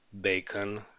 bacon